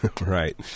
Right